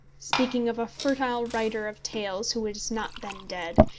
speaking of a fertile writer of tales who was not then dead,